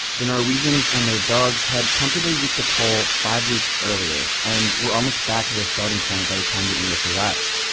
the norwegians and their dogs had comfortably reached the pole five weeks earlier and were almost back to their starting point by the time the english arrived.